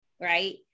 right